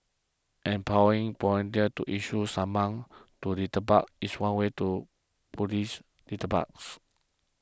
empowering volunteers to issue summonses to litterbugs is one way to police litterbugs